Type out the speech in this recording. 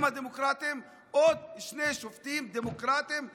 הדמוקרטים הוא עוד שני שופטים דמוקרטים נאורים.